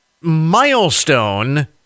milestone